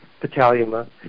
Petaluma